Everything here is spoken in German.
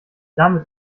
damit